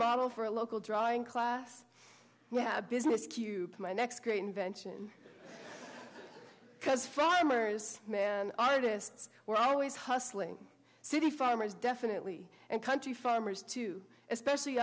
model for a local drawing class business cube my next great invention because farmers and artists were always hustling city farmers definitely and country farmers to especially